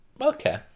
Okay